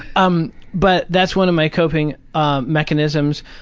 um but that's one of my coping ah mechanisms.